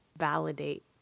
validate